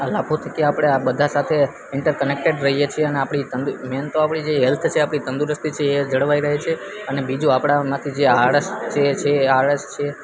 આ લાભો થકી આપણે આ બધા સાથે ઇન્ટરકનેક્ટેડ રહીએ છે અને આપણી તંદુ મેન તો આપણી જે હેલ્થ છે આપણી તંદુરસ્તી છે એ જળવાય રહે છે અને બીજું આપણામાંથી જે આળસ જે છે એ આળસ છે